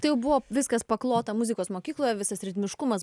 tai jau buvo viskas paklota muzikos mokykloje visas ritmiškumas